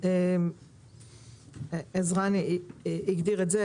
רן הגדיר את זה.